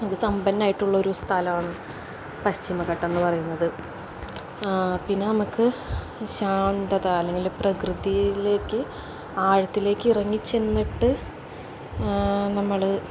നമുക്ക് സമ്പന്നമായിട്ടുള്ളൊരു സ്ഥലമാണ് പശ്ചിമഘട്ടമെന്ന് പറയുന്നത് പിന്നെ നമുക്ക് ശാന്തത അല്ലെങ്കില് പ്രകൃതിയിലേക്ക് ആഴത്തിലേക്ക് ഇറങ്ങിച്ചെന്നിട്ട് നമ്മള്